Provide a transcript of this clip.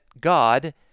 God